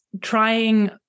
trying